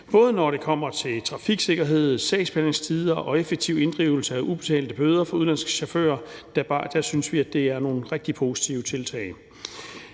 Både når det kommer til trafiksikkerhed, sagsbehandlingstider og effektiv inddrivelse af ubetalte bøder fra udenlandske chauffører, synes vi, at det er nogle rigtig positive tiltag.